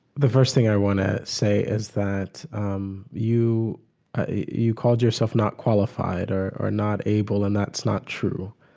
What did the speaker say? the first thing i want to say is that um you you called yourself not qualified or or not able and that's not true.